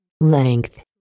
Length